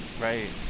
Right